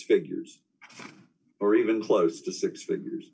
figures or even close to six figures